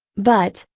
but,